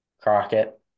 Crockett